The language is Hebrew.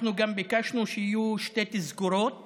אנחנו גם ביקשנו שיהיו שתי תזכורות